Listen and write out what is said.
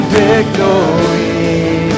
victory